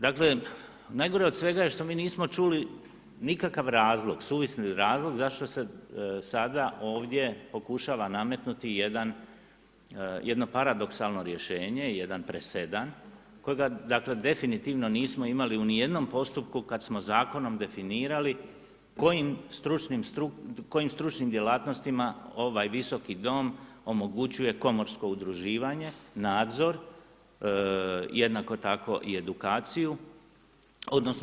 Dakle, najgore od svega je što mi nismo čuli nikakav razlog, suvisli razlog zašto se sada ovdje pokušava nametnuti jedno paradoksalno rješenje i jedan presedan kojega dakle definitivno nismo imali u ni jednom postupku kada smo zakonom definirali kojim stručnim djelatnostima ovaj Visoki dom omogućuje komorsko udruživanje nadzor, jednako tako i edukaciju odnosno